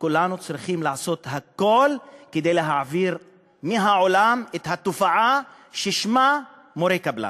שכולנו צריכים לעשות הכול כדי להעביר מהעולם את התופעה ששמה מורי קבלן.